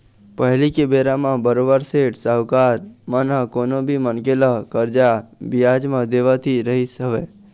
पहिली के बेरा म बरोबर सेठ साहूकार मन ह कोनो भी मनखे ल करजा बियाज म देवत ही रहिस हवय